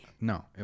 No